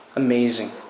Amazing